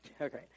Okay